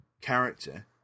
character